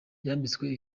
yambitswe